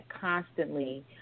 constantly